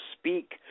speak